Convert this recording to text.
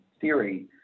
theory